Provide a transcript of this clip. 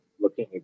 looking